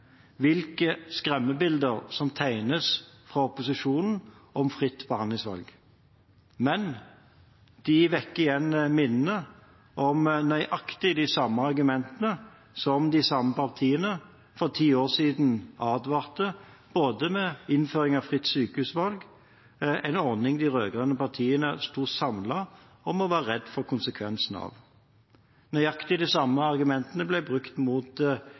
hvilke skremmebilder som tegnes fra opposisjonen om fritt behandlingsvalg. Men det vekker igjen minnene om nøyaktig de samme argumentene da de samme partiene for ti år siden advarte mot innføring av fritt sykehusvalg, en ordning de rød-grønne partiene sto samlet om å være redde for konsekvensene av. Og nøyaktig de samme argumentene ble brukt mot